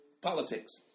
politics